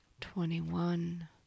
twenty-one